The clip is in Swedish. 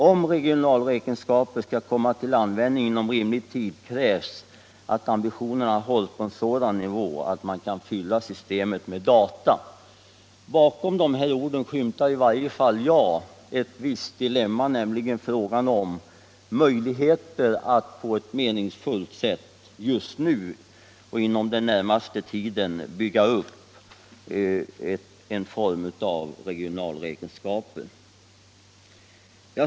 Om regionalräkenskaper skall komma till användning inom rimlig tid krävs att ambitionerna hålls på en sådan nivå att man kan fylla systemet med data.” Bakom de orden skymtar i varje fall jag ett visst dilemma, nämligen i fråga om möjligheterna att på ett meningsfullt sätt just nu och inom den närmaste framtiden bygga upp en form av regionalräkenskaper.